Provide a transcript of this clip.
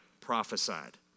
prophesied